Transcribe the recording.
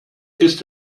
ist